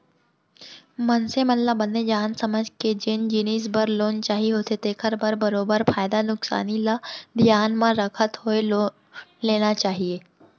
मनसे मन ल बने जान समझ के जेन जिनिस बर लोन चाही होथे तेखर बर बरोबर फायदा नुकसानी ल धियान म रखत होय लोन लेना चाही